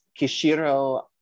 Kishiro